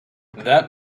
that